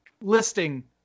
listing